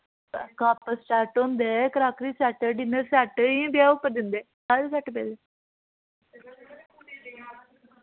cup set होंदे crockery set dinner set इ'यै ब्याह् उप्पर दिंदे सारे सैट्ट पेदे